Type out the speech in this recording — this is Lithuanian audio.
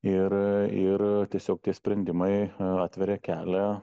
ir ir tiesiog tie sprendimai atveria kelią